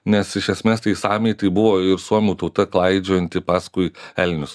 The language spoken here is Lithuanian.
nes iš esmės tai samiai tai buvo suomių tauta klaidžiojanti paskui elnius